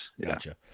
Gotcha